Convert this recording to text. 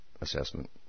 assessment